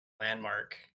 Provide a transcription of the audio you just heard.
landmark